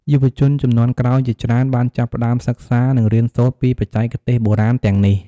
យុវជនជំនាន់ក្រោយជាច្រើនបានចាប់ផ្តើមសិក្សា និងរៀនសូត្រពីបច្ចេកទេសបុរាណទាំងនេះ។